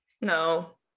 no